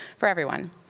for everyone.